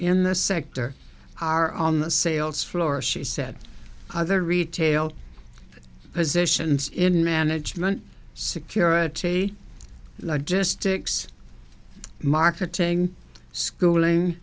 in the sector are on the sales floor she said other retail positions in management security just sticks marketing schooling